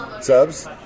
subs